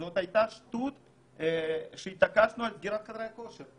זו הייתה שטות שהתעקשנו על סגירת חדרי הכושר.